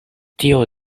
tio